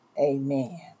Amen